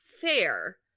fair